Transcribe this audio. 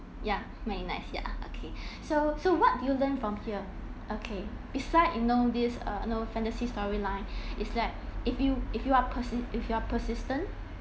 yeah very nice ya okay so so what do you learn from here okay besides you know this uh no fantasy storyline is that if you if you are persis~ if you are persistent